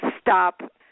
stop